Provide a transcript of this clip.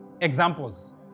examples